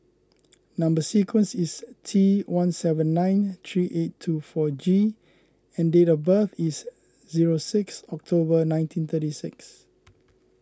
Number Sequence is T one seven nine three eight two four G and date of birth is zero six October nineteen thirty six